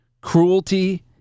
Cruelty